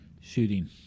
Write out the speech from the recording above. shooting